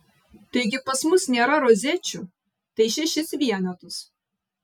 taigi pas mus nėra rozečių tai šešis vienetus